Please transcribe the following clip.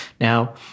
Now